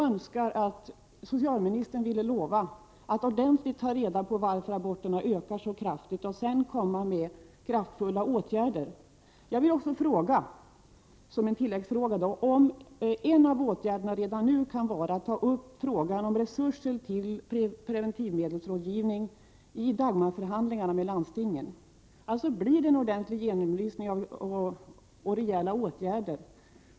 En tilläggsfråga: Kan en av åtgärderna vara att redan nu ta upp frågan om resurser till preventivmedelsrådgivning i Dagmar-förhandlingarna med landstingen? Alltså: Blir det en ordentlig genomlysning av skälen och rejäla åtgärder?